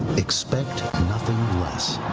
expect nothing less.